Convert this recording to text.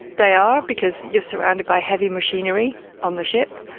they are, because you are surrounded by heavy machinery on the ship,